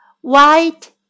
white